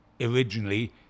originally